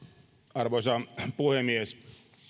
arvoisa puhemies